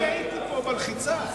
אני הייתי פה בלחיצה.